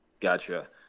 Gotcha